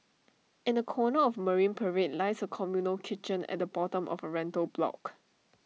in A corner of marine parade lies A communal kitchen at the bottom of A rental block